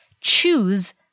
choose